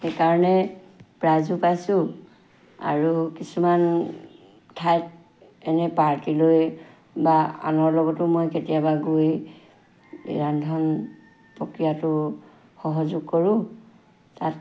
সেইকাৰণে প্ৰাইজো পাইছোঁ আৰু কিছুমান ঠাইত এনে পাৰ্টি লৈ বা আনৰ লগতো মই কেতিয়াবা গৈ এই ৰন্ধন প্ৰক্ৰিয়াটো সহযোগ কৰোঁ তাত